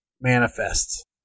manifest